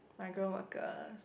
migrant workers